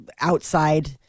outside